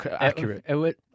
accurate